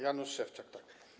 Janusz Szewczak, tak.